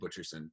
Butcherson